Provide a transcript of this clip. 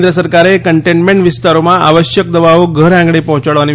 કેન્દ્ર સરકારે કન્ટેનમેન્ટ વિસ્તારોમાં આવશ્યક દવાઓ ઘરઆંગણે પહોંચાડવાની